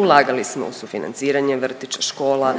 Ulagali smo u sufinanciranje vrtića, škola,